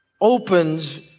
opens